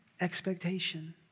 Expectation